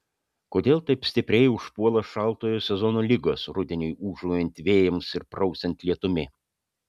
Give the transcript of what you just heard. kodėl taip stipriai užpuola šaltojo sezono ligos rudeniui ūžaujant vėjams ir prausiant lietumi